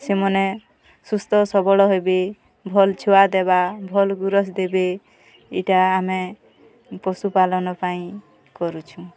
ସେମାନେ ସୁସ୍ଥ ସବଳ ହେବେ ଭଲ୍ ଛୁଆ ଦେବା ଭଲ୍ ଗୁରସ୍ ଦେବେ ଇଟା ଆମେ ପଶୁପାଲନ୍ ପାଇଁ କରୁଛୁଁ